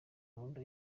gahunda